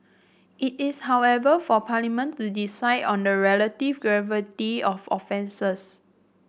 it is however for Parliament to decide on the relative gravity of offences